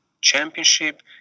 championship